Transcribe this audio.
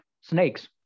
snakes